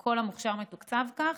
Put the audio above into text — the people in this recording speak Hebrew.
כל המוכש"ר מתוקצב כך,